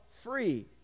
free